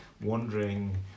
wondering